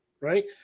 right